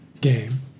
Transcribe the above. game